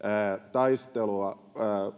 taistelua